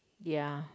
ya